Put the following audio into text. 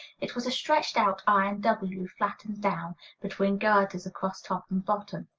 it was a stretched-out iron w, flattened down between girders across top and bottom.